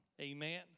Amen